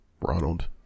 Ronald